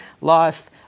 life